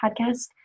Podcast